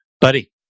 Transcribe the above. Buddy